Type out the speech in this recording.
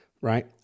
right